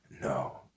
No